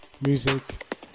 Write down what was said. music